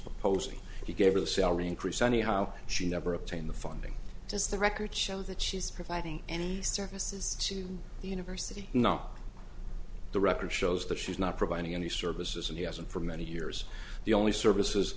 proposing he gave her the salary increase anyhow she never obtained the funding as the records show that she is providing any services to the university not the record shows that she's not providing any services and he hasn't for many years the only services